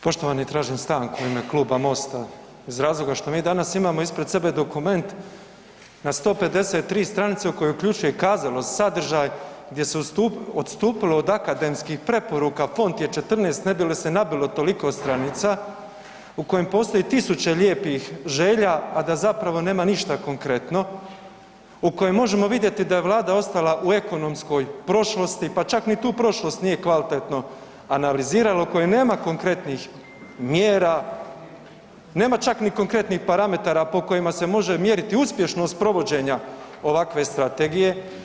Poštovani tražim stanku u ime Kluba MOST-a iz razloga što mi danas imamo ispred sebe dokument na 153 stranice u koji uključuje kazalo, sadržaj gdje se odstupilo od akademskih preporuka, font je 14 ne bi li se nabilo toliko stranica, u kojem postoji 1000 lijepih želja a da zapravo nema ništa konkretno, u kojem možemo vidjeti da je Vlada ostala u ekonomskoj prošlosti, pa čak ni tu prošlost nije kvalitetno analizirala, u kojoj nema konkretnih mjera, nema čak ni konkretnih parametara po kojima se može mjeriti uspješnost provođenja ovakve strategije.